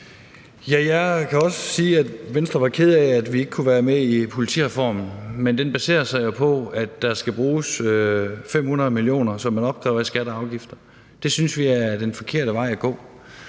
Jeg kan også sige, at Venstre var kede af, at vi ikke kunne være med i politireformen, men den baserer sig jo på, at der skal bruges 500 mio. kr., som man opkræver i skatter og afgifter. Det synes vi er den forkerte vej at gå.